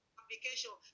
application